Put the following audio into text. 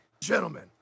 gentlemen